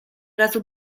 razu